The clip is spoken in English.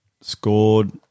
scored